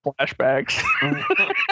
flashbacks